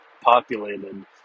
populated